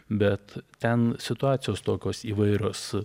bet ten situacijos tokios įvairios